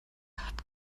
hat